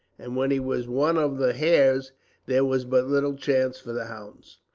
and when he was one of the hares there was but little chance for the hounds.